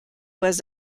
was